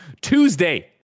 tuesday